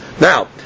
Now